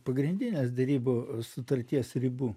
pagrindinės derybų sutarties ribų